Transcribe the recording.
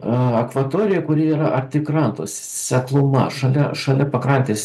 akvatorijoj kuri yra arti kranto šalia šalia pakrantės seklumo